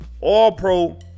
All-Pro